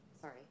Sorry